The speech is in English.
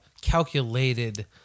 calculated